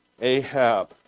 Ahab